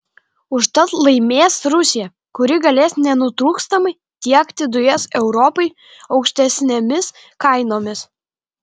užtat laimės rusija kuri galės nenutrūkstamai tiekti dujas europai aukštesnėmis kainomis